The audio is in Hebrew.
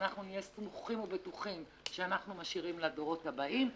שאנחנו נהיה סמוכים ובטוחים שאנחנו משאירים לדורות הבאים.